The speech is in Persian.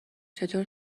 چطور